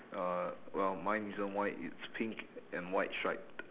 uh well mine isn't white it's pink and white striped